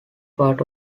part